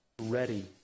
ready